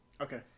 Okay